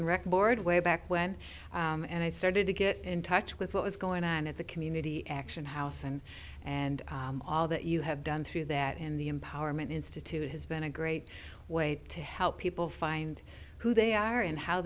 and rec board way back when and i started to get in touch with what was going on at the community action house and and all that you have done through that and the empowerment institute has been a great way to help people find who they are and how